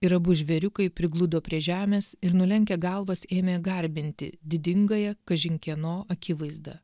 ir abu žvėriukai prigludo prie žemės ir nulenkė galvas ėmė garbinti didingąją kažin kieno akivaizdą